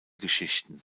geschichten